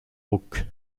rauque